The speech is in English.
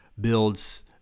builds